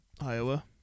Iowa